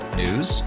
news